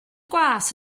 gwas